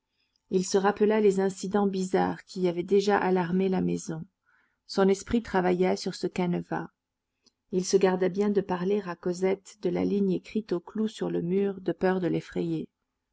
il se rappela les incidents bizarres qui avaient déjà alarmé la maison son esprit travailla sur ce canevas il se garda bien de parler à cosette de la ligne écrite au clou sur le mur de peur de l'effrayer